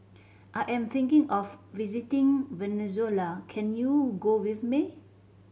I am thinking of visiting Venezuela can you go with me